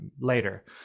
later